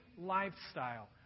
lifestyle